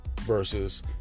versus